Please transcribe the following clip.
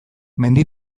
mendi